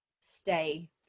stay